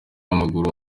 w’amaguru